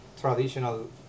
traditional